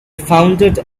founded